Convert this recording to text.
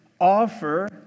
offer